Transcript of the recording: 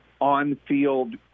on-field